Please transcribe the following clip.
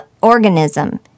organism